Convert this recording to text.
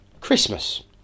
Christmas